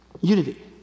unity